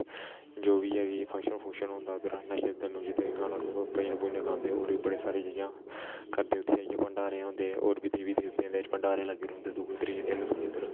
जो बी एह् फक्शंन फुक्शन होंदा उद्धर भजन गांदे होर बी बड़ी सारी चिजां करदे उत्थै आइयै भडांरे होंदे होर बी देवी देबते च भडांरे लग्गे रौंह्दे दुऐ त्रिये दिन साढ़े इद्धर